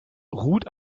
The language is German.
ruht